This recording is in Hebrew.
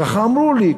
ככה אמרו לי,